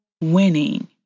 winning